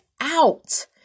out